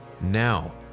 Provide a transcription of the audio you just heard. Now